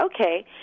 okay